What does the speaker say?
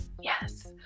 Yes